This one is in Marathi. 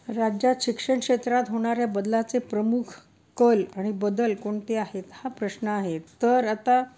राज्यात शिक्षण क्षेत्रात होणाऱ्या बदलाचे प्रमुख कल आणि बदल कोणते आहेत हा प्रश्न आहे तर आता